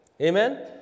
amen